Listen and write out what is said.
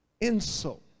insult